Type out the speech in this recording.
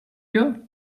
you